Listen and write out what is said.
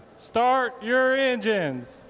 start your engines.